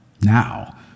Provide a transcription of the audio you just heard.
Now